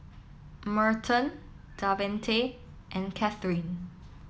Merton Davante and Kathyrn